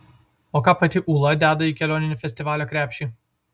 o ką pati ūla deda į kelioninį festivalio krepšį